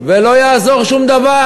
ולא יעזור שום דבר.